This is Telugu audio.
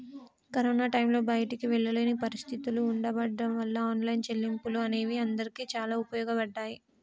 కరోనా టైంలో బయటికి వెళ్ళలేని పరిస్థితులు ఉండబడ్డం వాళ్ళ ఆన్లైన్ చెల్లింపులు అనేవి అందరికీ చాలా ఉపయోగపడ్డాయి